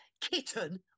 kitten